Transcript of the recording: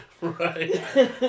Right